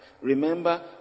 Remember